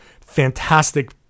fantastic